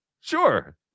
Sure